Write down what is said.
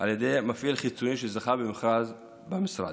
על ידי מפעיל חיצוני, שזכה במכרז של המשרד.